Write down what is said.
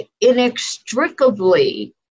inextricably